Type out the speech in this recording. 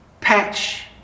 patch